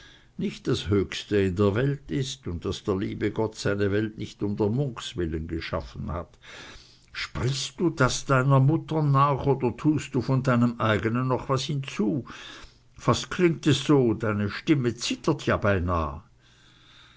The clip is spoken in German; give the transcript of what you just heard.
nicht das höchste in der welt ist und daß der liebe gott seine welt nicht um der munks willen geschaffen hat sprichst du das deiner mutter nach oder tust du von deinem eignen noch was hinzu fast klingt es so deine stimme zittert ja beinah